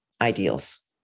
ideals